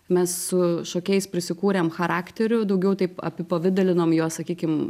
mes su šokėjais prisikūrėm charakterių daugiau taip apipavidalinom juos sakykim